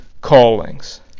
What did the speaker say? callings